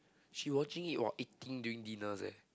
she watching it while eating during dinners eh